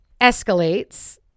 escalates